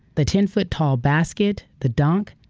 the ten foot tall basket, the dunk,